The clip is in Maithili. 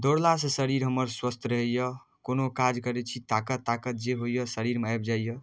दौड़लासँ शरीर हमर स्वस्थ रहैए कोनो काज करै छी ताकत ताकत जे होइए शरीरमे आबि जाइए